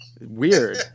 Weird